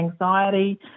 anxiety